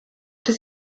does